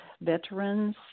veterans